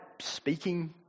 speaking